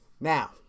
Now